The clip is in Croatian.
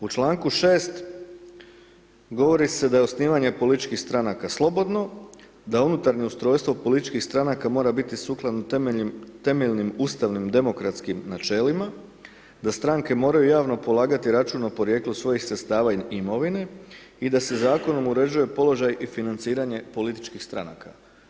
U članku 6. govori se da je osnivanje političkih stranaka slobodno, da unutarnje ustrojstvo političkih stranaka mora biti sukladno temeljnim ustavnim demokratskim načelima, da stranke moraju javo polagati račun o porijeklu svojih sredstava i imovine i da se zakonom uređuje položaj i financiranje političkih stranaka.